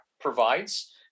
provides